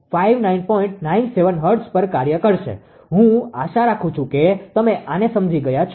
97 hertz પર કાર્ય કરશે હું આશા રાખું છું કે તમે આને સમજી ગયા છો